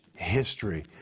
History